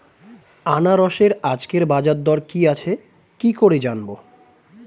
আনারসের আজকের বাজার দর কি আছে কি করে জানবো?